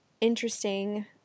interesting